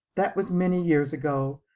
that was many years ago.